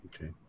Okay